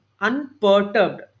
unperturbed